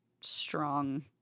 strong